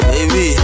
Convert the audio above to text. Baby